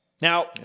Now